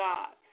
God